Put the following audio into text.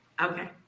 Okay